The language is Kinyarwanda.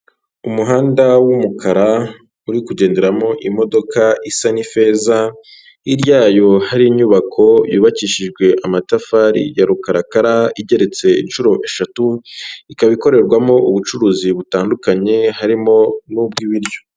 Umuhanda w'umukara uri kugenderamo imodoka isa n'ifeza, hiryayo hari inyubako yubakishijwe amatafari ya rukarakara igeretse inshuro eshatu, ikaba ikorerwamo ubucuruzi butandukanye harimo n'ubw'ibiryo.